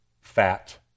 fat